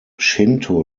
shinto